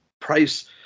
Price